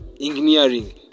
engineering